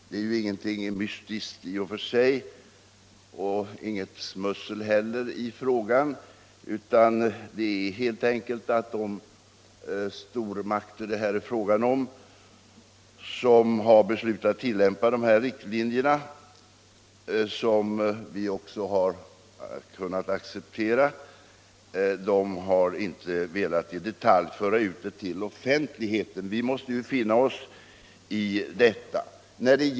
Det är i och för sig inte något mystiskt eller något smussel i den här frågan, utan det förhåller sig helt enkelt så att de stormakter som det är fråga om har beslutat tillämpa dessa riktlinjer, som vi också har kunnat acceptera. De har inte velat i detalj föra ut innehållet till offentligheten. Vi måste finna oss i detta.